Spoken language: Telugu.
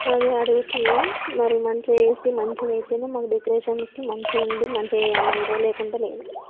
అదే అడుగుతున్న మరి మంచిగా చేస్తే మంచిగా అయితే మాకు డెకరేషన్కి మంచిగా ఉండి చేయాలి మీరు లేకుంటే లేదు